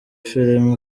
filimi